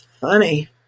Funny